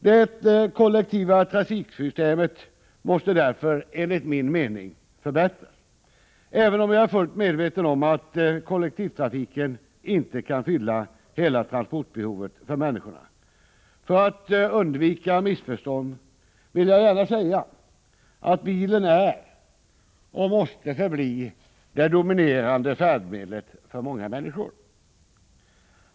Det kollektiva trafiksystemet måste därför enligt min mening förbättras, även om jag är fullt medveten om att kollektivtrafiken inte kan fylla hela transportbehovet för människorna. För att undvika missförstånd vill jag gärna säga att bilen är och måste förbli det dominerande färdmedlet för många människor.